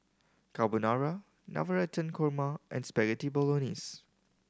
Carbonara Navratan Korma and Spaghetti Bolognese